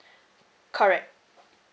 correct